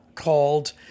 called